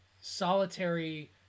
solitary